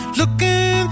looking